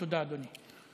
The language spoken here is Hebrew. תודה, אדוני.